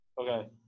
Okay